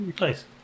Nice